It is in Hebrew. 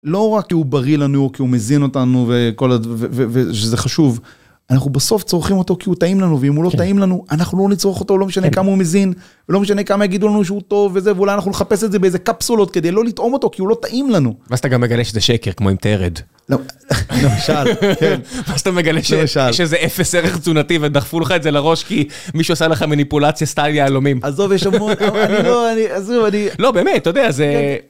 לא רק כי הוא בריא לנו. כי הוא מצחיק אותנו וכל ה, ו ו ו, שזה חשוב. אנחנו בסוף צורכים אותו כי הוא טעים לנו, ואם הוא לא טעים לנו אנחנו לא נצרוך אותו לא משנה כמה הוא מזין. לא משנה כמה יגידו לנו שהוא טוב וזה. אולי אנחנו נחפש את זה באיזה קאפסולות כדי לא לטעום אותו כי הוא לא טעים לנו. ואז אתה גם מגלה שזה שקר כמו אם תרד לא.ואז אתה מגלה שזה איזה אפס ערך תזונתי ודחפו לך את זה לראש כי מישהו עשה לך מניפולציה סטייל יהלומים. עזוב, יש עמוק, אני לא, אני, עזוב, אני... לא, באמת, אתה יודע, זה...